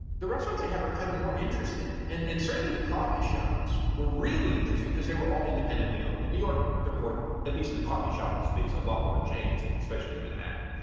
the restaurants they have are kind of more interesting. and and certainly the coffee shops were really interesting because they were all independently owned in new york. they're more at least in the coffee shop in space, a lot more chains, especially in manhattan.